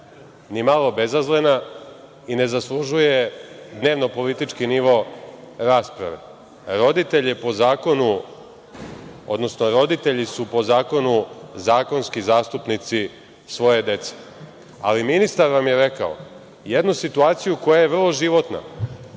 ni malo bezazlena i ne zasluže dnevno politički nivo rasprave. Roditelji su po zakonu zakonski zastupnici svoje dece, ali ministar vam je rekao jednu situaciju koja je vrlo životna